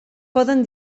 poden